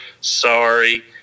sorry